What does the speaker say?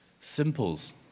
Simples